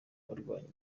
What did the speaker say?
barwanya